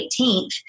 18th